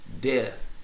death